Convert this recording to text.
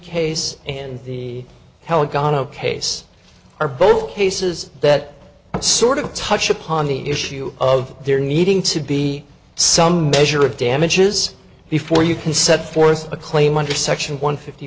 case and the hell and gone ok's are both cases that sort of touch upon the issue of there needing to be some measure of damages before you can set forth a claim under section one fifty